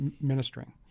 ministering